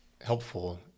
helpful